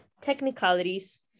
Technicalities